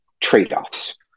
trade-offs